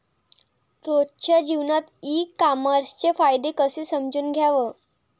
रोजच्या जीवनात ई कामर्सचे फायदे कसे समजून घ्याव?